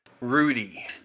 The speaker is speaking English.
Rudy